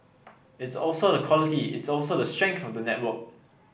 it's also the quality it's also the strength of the network